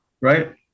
right